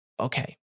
Okay